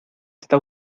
está